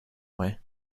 way